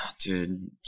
Dude